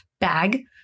bag